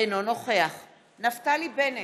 אינו נוכח נפתלי בנט,